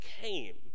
came